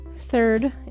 Third